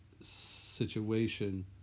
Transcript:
situation